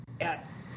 Yes